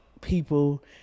people